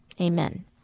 Amen